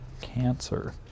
cancer